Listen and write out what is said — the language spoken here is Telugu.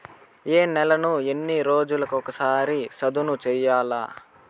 ఏ నేలను ఎన్ని రోజులకొక సారి సదును చేయల్ల?